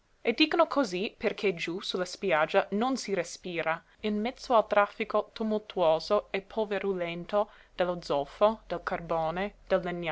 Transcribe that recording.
e dicono cosí perché giú sulla spiaggia non si respira in mezzo al traffico tumultuoso e polverulento dello zolfo del carbone del legname